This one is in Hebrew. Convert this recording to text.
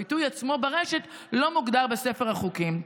הפיתוי ברשת עצמו לא מוגדר בספר החוקים.